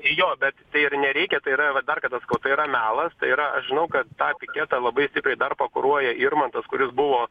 jo bet tai ir nereikia tai yra va dar kartą sakau tai yra melas tai yra aš žinau kad tą piketą labai stipriai dar pakuruoja irmantas kuris buvo